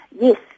yes